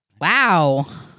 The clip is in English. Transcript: Wow